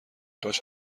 کاش